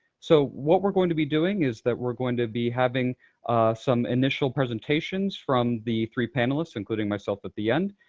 so what we're going to be doing is that we're going to be having some initial presentations from the three panelists, including myself at the end.